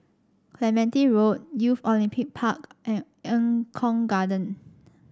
Clementi Road Youth Olympic Park and Eng Kong Garden